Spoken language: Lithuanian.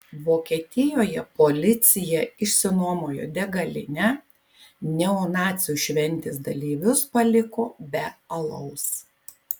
vokietijoje policija išsinuomojo degalinę neonacių šventės dalyvius paliko be alaus